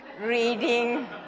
reading